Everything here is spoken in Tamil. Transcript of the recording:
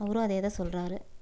அவரும் அதே தான் சொல்கிறார்